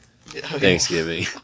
Thanksgiving